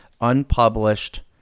unpublished